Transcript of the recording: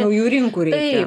naujų rinkų reikia